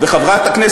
מה זה,